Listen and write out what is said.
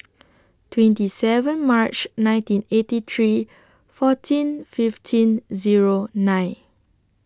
twenty seven March nineteen eighty three fourteen fifteen Zero nine